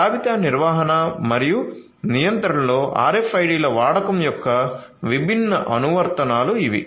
జాబితా నిర్వహణ మరియు నియంత్రణలో RFID ల వాడకం యొక్క విభిన్న అనువర్తనాలు ఇవి